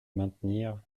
maintenir